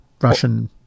Russian